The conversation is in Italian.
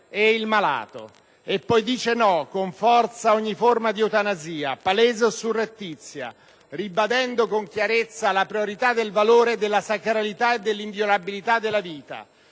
e il malato - e poi dice no con forza ad ogni forma di eutanasia, palese o surrettizia, ribadendo con chiarezza la priorità del valore e della sacralità e dell'inviolabilità della vita!